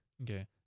Okay